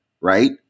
right